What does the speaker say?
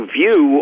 view